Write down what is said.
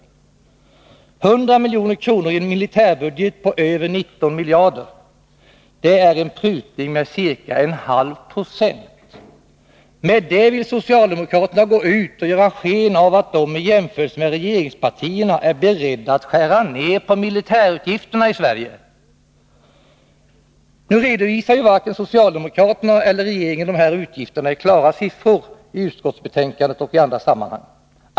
100 milj.kr. i en militärbudget på över 19 000 milj.kr. — det är en prutning med ca 0,5 96! Med det vill socialdemokraterna gå ut och göra sken av att de i jämförelse med regeringspartierna är beredda att skära ner på militärutgifterna i Sverige. Nu redovisar ju varken socialdemokraterna eller regeringen de här utgifterna i klara siffror i utskottsbetänkandet och i andra sammanhang.